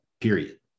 period